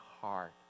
heart